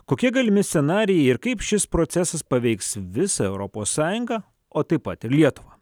kokie galimi scenarijai ir kaip šis procesas paveiks visą europos sąjungą o taip pat ir lietuvą